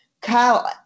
Kyle